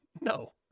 No